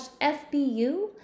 FBU